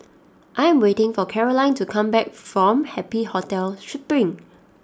I am waiting for Caroline to come back from Happy Hotel Spring